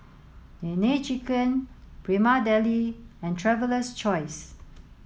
Nene Chicken Prima Deli and Traveler's Choice